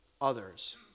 others